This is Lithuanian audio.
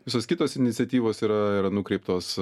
visos kitos iniciatyvos yra yra nukreiptos